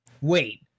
Wait